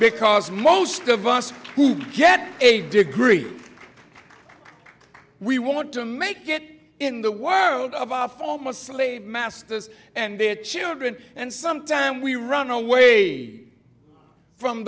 because most of us get a degree we want to make it in the wound of our former slave masters and their children and sometime we run away from